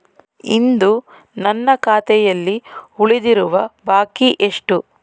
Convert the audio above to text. ಇಂದು ನನ್ನ ಖಾತೆಯಲ್ಲಿ ಉಳಿದಿರುವ ಬಾಕಿ ಎಷ್ಟು?